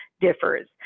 differs